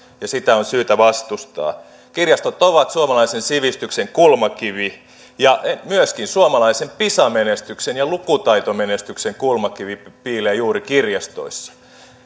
ja sitä on syytä vastustaa kirjastot ovat suomalaisen sivistyksen kulmakivi ja myöskin suomalaisen pisa menestyksen ja lukutaitomenestyksen kulmakivi piilee juuri kirjastoissa